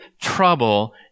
trouble